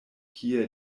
kie